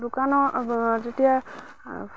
দোকানৰ তেতিয়া